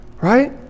right